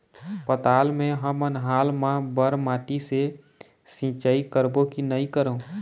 पताल मे हमन हाल मा बर माटी से सिचाई करबो की नई करों?